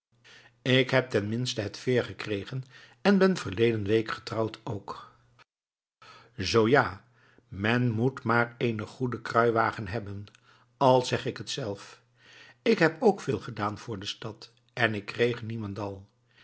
ik heb ten minste het veer gekregen en ik ben verleden week getrouwd ook zoo ja men moet maar eenen goeden kruiwagen hebben al zeg ik het zelf ik heb ook veel gedaan voor de stad en ik kreeg niemendal